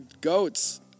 Goats